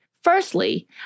Firstly